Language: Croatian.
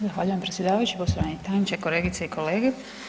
Zahvaljujem predsjedavajući, poštovani tajniče, kolegice i kolege.